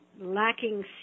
lacking